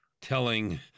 telling